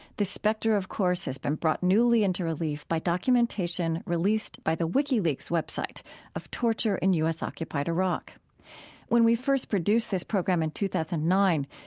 this specter, of course, has been brought newly into relief by documentation released by the wikileaks website of torture in u s occupied iraq when we first produced this program in two thousand and nine,